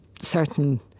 certain